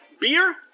beer